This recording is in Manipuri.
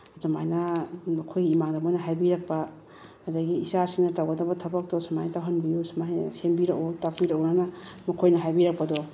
ꯑꯗꯨꯃꯥꯏꯅ ꯑꯩꯈꯣꯏ ꯏꯃꯥꯟꯅꯕꯅ ꯍꯥꯏꯕꯤꯔꯛꯄ ꯑꯗꯒꯤ ꯏꯆꯥꯁꯤꯅ ꯇꯧꯒꯗꯕ ꯊꯕꯛꯇꯣ ꯁꯨꯃꯥꯏꯅ ꯇꯧꯍꯟꯕꯤꯌꯨ ꯁꯨꯃꯥꯏꯅ ꯁꯦꯝꯕꯤꯔꯛꯑꯣ ꯇꯥꯛꯄꯤꯔꯛꯑꯣꯅ ꯃꯈꯣꯏꯅ ꯍꯥꯏꯕꯤꯔꯛꯄꯗꯣ